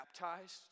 baptized